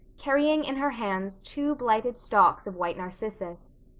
carrying in her hands two blighted stalks of white narcissus.